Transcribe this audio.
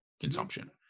consumption